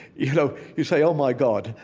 you know, you say oh my god,